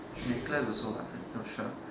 necklace also lah not sure